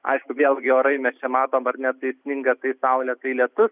aišku vėlgi orai mes čia matom ar ne tai sninga tai saulė tai lietus